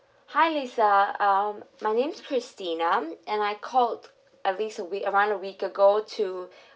hi lisa um my name's christina and I called at least a week one week ago to